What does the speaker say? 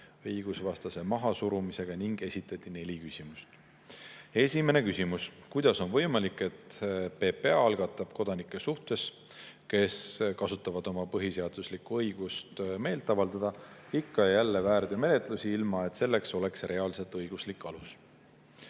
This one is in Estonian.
õigusvastase mahasurumisega ning esitati neli küsimust. Esimene küsimus: "Kuidas on võimalik, et PPA algatab kodanike suhtes, kes kasutavad oma põhiseaduslikku õigust meelt avaldada, ikka ja jälle väärteomenetlusi, ilma et selleks oleks reaalselt õiguslik alus?"